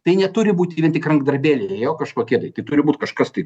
tai neturi būti vien tik rankdarbėliai jo kažkokie tai tai turi būt kažkas tai